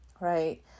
right